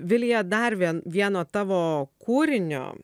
vilija dar vien vieno tavo kūrinio